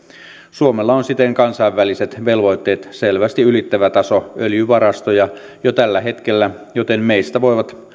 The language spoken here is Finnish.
suomella on siten kansainväliset velvoitteet selvästi ylittävä taso öljyvarastoja jo tällä hetkellä joten meistä voivat